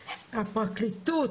הפרקליטות,